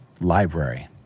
library